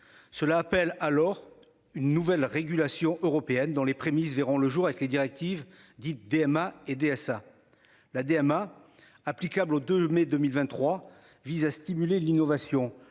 Cela appelle alors une nouvelle régulation européenne dans les prémices verront le jour avec les directives dites DMA et DSA. La DMA applicable au 2 mai 2023, vise à stimuler l'innovation,